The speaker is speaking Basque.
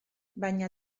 baina